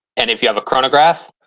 and if you have a chronograph,